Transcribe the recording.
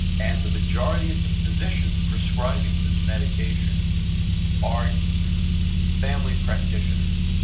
and the majority of the physicians prescribing this medication are family practitioners.